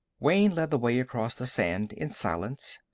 wayne led the way across the sand in silence.